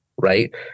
right